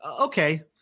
okay